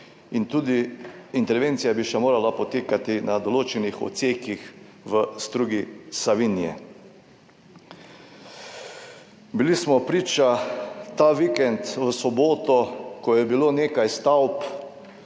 in tudi intervencija bi še morala potekati na določenih odsekih v strugi Savinje. Bili smo priča ta vikend v soboto, ko je bilo nekaj stavb